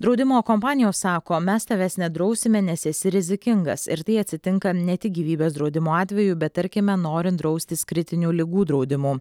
draudimo kompanijos sako mes tavęs nedrausime nes esi rizikingas ir tai atsitinka ne tik gyvybės draudimo atveju bet tarkime norint draustis kritinių ligų draudimu